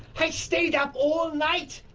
i stayed up all night!